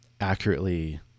accurately